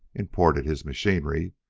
imported his machinery,